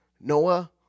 Noah